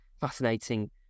fascinating